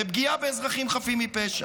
בפגיעה באזרחים חפים מפשע.